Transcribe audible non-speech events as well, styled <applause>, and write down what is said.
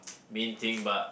<noise> main thing but